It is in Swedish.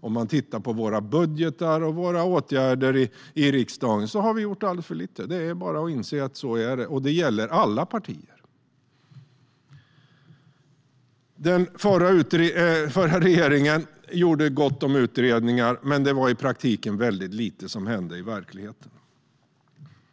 Om man ser på våra budgetar och på våra åtgärder i riksdagen märker man att vi har gjort alldeles för lite; det är bara att inse att så är det. Och det gäller alla partier. Den förra regeringen gjorde gott om utredningar, men det var i praktiken väldigt lite som hände i verkligheten.